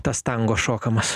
tas tango šokamas